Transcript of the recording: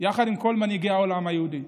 יחד עם כל מנהיגי העולם היהודי.